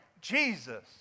Jesus